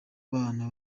bana